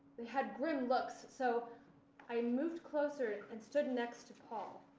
they had grim looks, so i moved closer and stood next to paul.